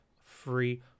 Free